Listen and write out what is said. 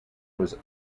was